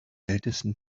ältesten